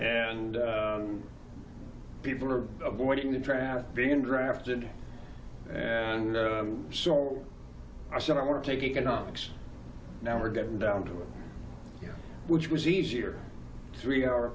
and people are avoiding the traffic being drafted and so i said i want to take economics now we're getting down to it which was easier three